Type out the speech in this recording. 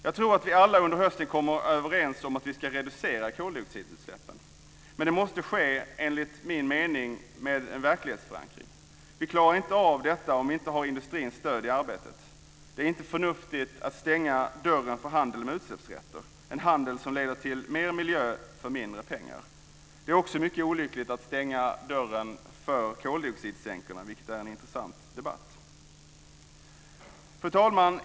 Jag tror att vi alla under hösten kommer överens om att vi ska reducera koldioxidutsläppen. Men det måste enligt min mening ske med en verklighetsförankring. Vi klarar inte av detta om vi inte har industrins stöd i arbetet. Det är inte förnuftigt att stänga dörren för handel med utsläppsrätter, en handel som leder till större miljövinster för mindre pengar. Det är också mycket olyckligt att stänga dörren för koldioxidsänkorna. Det är en intressant debatt som förs om dessa. Fru talman!